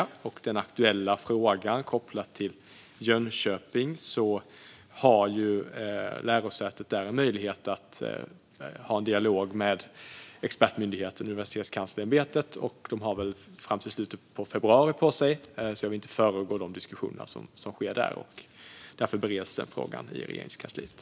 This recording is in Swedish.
När det gäller den aktuella frågan kopplad till Jönköping har lärosätet där möjlighet att ha en dialog med expertmyndigheten, Universitetskanslersämbetet. De har fram till slutet på februari på sig. Jag vill därför inte föregripa de diskussioner som sker där. Därför bereds den frågan i Regeringskansliet.